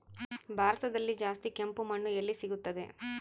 ಭಾರತದಲ್ಲಿ ಜಾಸ್ತಿ ಕೆಂಪು ಮಣ್ಣು ಎಲ್ಲಿ ಸಿಗುತ್ತದೆ?